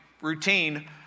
routine